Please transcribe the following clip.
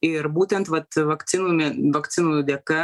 ir būtent vat vakcinų vakcinų dėka